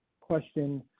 question